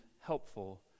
helpful